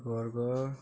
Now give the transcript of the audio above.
Bargarh